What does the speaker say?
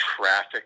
traffic